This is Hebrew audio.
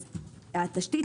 התשתית,